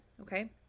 Okay